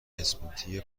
اسموتی